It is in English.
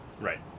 Right